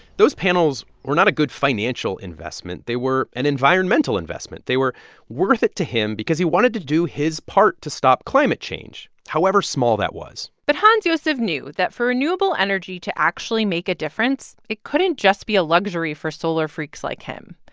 those panels were not a good financial investment. they were an environmental investment. they were worth it to him because he wanted to do his part to stop climate change, however small that was but hans-josef knew that for renewable energy to actually make a difference, it couldn't just be a luxury for solar freaks like him.